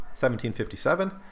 1757